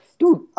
Dude